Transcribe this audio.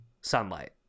sunlight